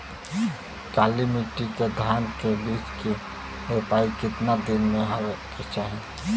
काली मिट्टी के धान के बिज के रूपाई कितना दिन मे होवे के चाही?